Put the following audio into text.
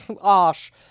osh